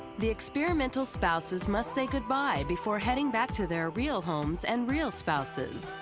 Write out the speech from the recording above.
the experimental spouses must say goodbye before heading back to their real homes and real spouses,